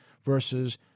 versus